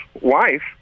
wife